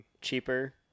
cheaper